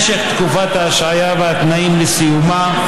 משך ההשעיה והתנאים לסיומה,